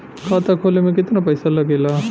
खाता खोले में कितना पैसा लगेला?